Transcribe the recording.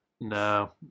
No